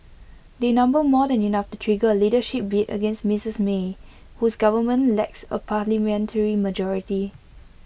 they number more than enough to trigger A leadership bid against Mrs may whose government lacks A parliamentary majority